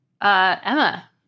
Emma